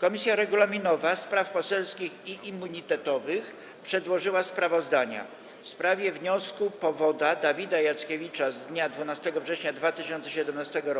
Komisja Regulaminowa, Spraw Poselskich i Immunitetowych przedłożyła sprawozdania: - w sprawie wniosku powoda Dawida Jackiewicza z dnia 12 września 2017 r.